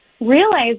realize